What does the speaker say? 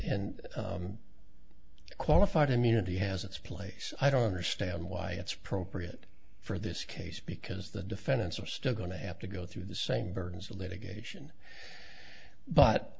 qualified immunity has it's place i don't understand why it's appropriate for this case because the defendants are still going to have to go through the same burdens of litigation but